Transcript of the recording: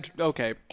Okay